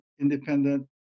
independent